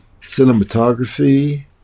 cinematography